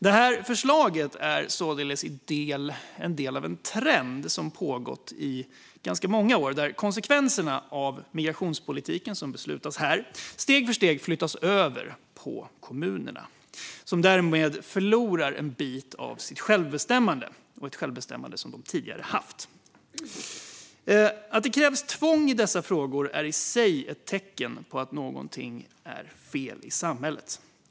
Detta förslag är således en del av en trend som pågått i ganska många år, där konsekvenserna av migrationspolitiken, som beslutas här, steg för steg flyttas över på kommunerna, som därmed förlorar en bit av sitt självbestämmande. Det är ett självbestämmande som de tidigare haft. Att det krävs tvång i dessa frågor är i sig ett tecken på att något är fel i samhället.